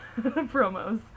promos